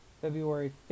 February